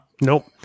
Nope